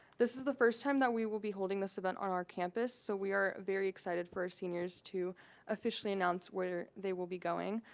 this is the first time that we will be holding this event on our campus, so we are very excited for our seniors to officially announce where they will be going,